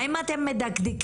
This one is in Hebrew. האם אתם מדקדקים,